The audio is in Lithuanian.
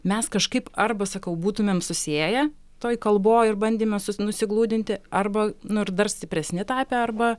mes kažkaip arba sakau būtumėm susiėję toj kalboj ir bandyme su nusigludinti arba nu ir dar stipresni tapę arba